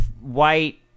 white